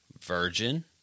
Virgin